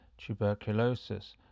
tuberculosis